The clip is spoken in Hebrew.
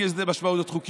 כי יש לזה משמעויות חוקיות.